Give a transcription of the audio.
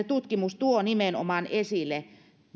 tutkimus tuo esille